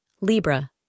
Libra